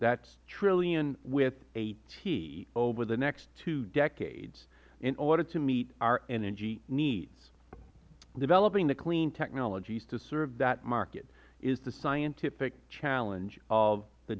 that is trillion with a t over the next two decades in order to meet our energy needs developing the clean technologies to serve that market is the scientific challenge of the